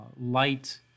light